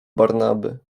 barnaby